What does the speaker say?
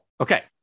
Okay